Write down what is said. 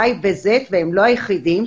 Y ו-Z והם לא היחידים,